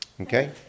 Okay